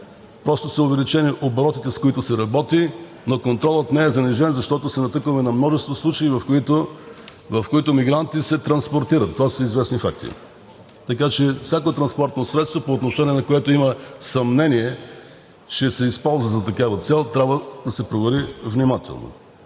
После са увеличени оборотите, с които се работи, но контролът не е занижен, защото се натъкваме на множество случаи, в които мигрантите се транспортират. Това са известни факти, така че всяко транспортно средство, по отношение на което има съмнение, че се използва с такава цел, трябва да се провери внимателно.